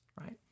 right